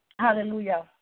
Hallelujah